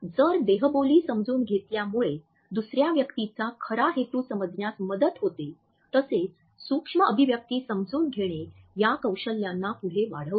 जर देहबोली समजून घेतल्यामुळे दुसर्या व्यक्तीचा खरा हेतू समजण्यास मदत होते तसेच सूक्ष्म अभिव्यक्ती समजून घेणे या कौशल्यांना पुढे वाढवते